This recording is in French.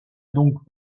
donc